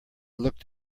looked